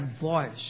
voice